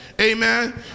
Amen